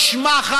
אני לא מבין.